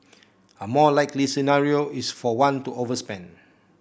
a more likely scenario is for one to overspend